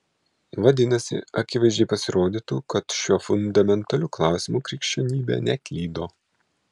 vadinasi akivaizdžiai pasirodytų kad šiuo fundamentaliu klausimu krikščionybė neklydo